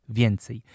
więcej